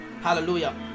hallelujah